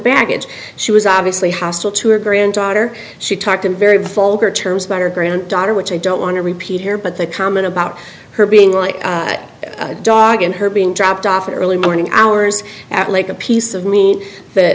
baggage she was obviously hostile to her granddaughter she talked in very vulgar terms about her granddaughter which i don't want to repeat here but the comment about her being like a dog and her being dropped off an early morning hours at lake a piece of me